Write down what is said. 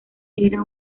era